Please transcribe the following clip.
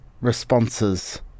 responses